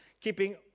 Keeping